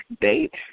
date